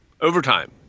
Overtime